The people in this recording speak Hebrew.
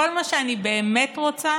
כל מה שאני באמת רוצה